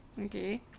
Okay